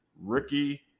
Ricky